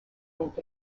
length